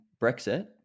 Brexit